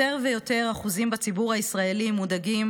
יותר ויותר אחוזים בציבור הישראלי מודאגים